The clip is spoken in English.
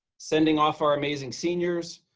sending off our amazing seniors,